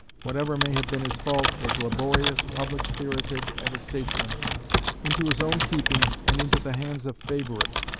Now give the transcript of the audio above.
whatever may have been his faults, was laborious, public-spirited, and a statesman, into his own keeping and into the hands of favourites,